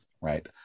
right